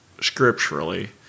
scripturally